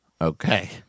Okay